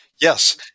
Yes